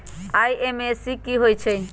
IMPS की होईछइ?